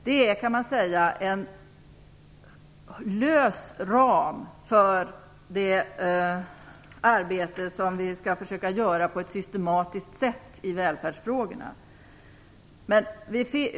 Man kan säga att det är en lös ram för det arbete vi skall försöka göra på ett systematiskt sätt i välfärdsfrågorna.